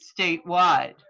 statewide